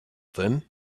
then